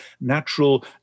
natural